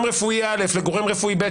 גורם רפואי א' לגורם רפואי ב',